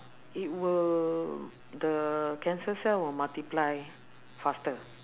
it will the cancer cell will multiply faster